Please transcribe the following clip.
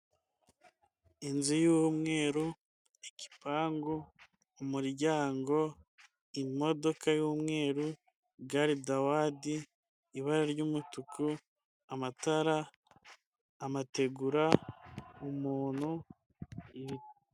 Inzu y'umweru igipangu, umuryango, imodoka y'umweru gare dawadi, ibara ry'umutuku amatara, amategura, umuntu.